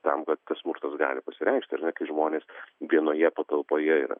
tam kad tas smurtas gali pasireikšti ar ne kai žmonės vienoje patalpoje yra